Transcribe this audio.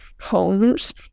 homes